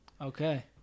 Okay